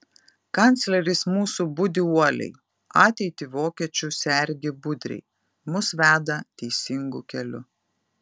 kancleris mūsų budi uoliai ateitį vokiečių sergi budriai mus veda teisingu keliu